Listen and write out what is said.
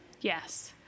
Yes